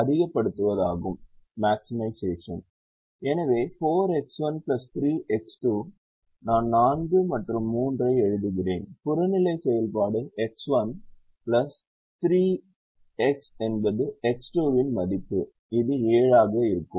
எனவே 4 X1 3 X2 நான் 4 மற்றும் 3 ஐ எழுதுகிறேன் புறநிலை செயல்பாடு X1 3 x என்பது X2 இன் மதிப்பு இது 7 ஆக இருக்கும்